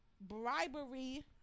bribery